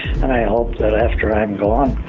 and i hope that after i'm gone,